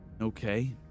Okay